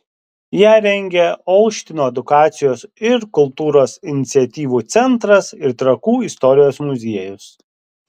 ją rengia olštyno edukacijos ir kultūros iniciatyvų centras ir trakų istorijos muziejus